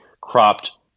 cropped